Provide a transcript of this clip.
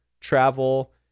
travel